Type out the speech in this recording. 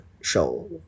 show